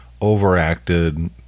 overacted